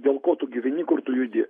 dėl ko tu gyveni kur tu judi